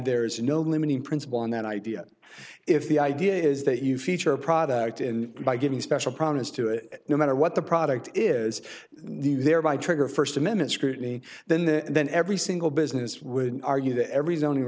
there is no limiting principle on that idea if the idea is that you feature a product and by giving special promise to it no matter what the product is the thereby trigger a first amendment scrutiny then the then every single business would argue that every zoning